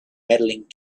medaling